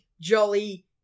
jolly